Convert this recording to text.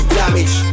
damage